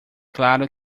claro